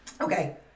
Okay